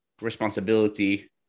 responsibility